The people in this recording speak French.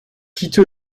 quitte